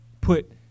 put